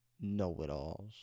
Know-it-alls